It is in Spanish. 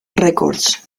records